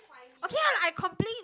okay lah I complain